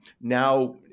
now